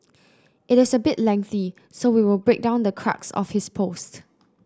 it is a bit lengthy so we will break down the crux of his post